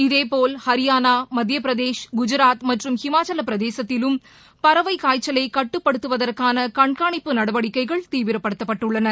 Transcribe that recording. இதேபோல் ஹரியானா மத்திய பிரதேஷ் குஜராத் மற்றும் இமாச்சல பிரதேசத்திலும் பறவைக் காய்ச்சலை கட்டுப்படுத்துவதற்கான கண்காணிப்பு நடவடிக்கைகள் தீவிரப்படுத்தப்பட்டுள்ளன